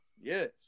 Yes